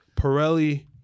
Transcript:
Pirelli